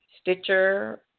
Stitcher